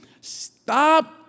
stop